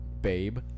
Babe